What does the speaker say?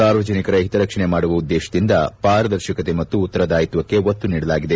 ಸಾರ್ವಜನಿಕರ ಹಿತರಕ್ಷಣೆ ಮಾಡುವ ಉದ್ದೇಶದಿಂದ ಪಾರದರ್ಶಕತೆ ಮತ್ತು ಉತ್ತರಾದಾಯಿತ್ವಕ್ಷೆ ಒತ್ತು ನೀಡಲಾಗಿದೆ